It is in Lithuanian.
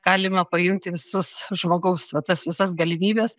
galima pajungti visus žmogaus va tas visas galimybes